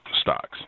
stocks